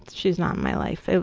she's not in my life,